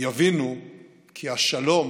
יבינו כי השלום